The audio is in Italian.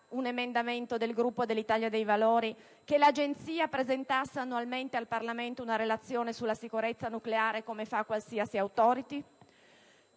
un emendamento del Gruppo Italia dei Valori, che l'Agenzia presentasse annualmente al Parlamento una relazione sulla sicurezza nucleare, come fa qualsiasi *Authority*?